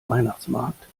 weihnachtsmarkt